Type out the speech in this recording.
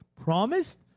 promised